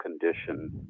condition